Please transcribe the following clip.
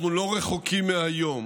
אנחנו לא רחוקים מהיום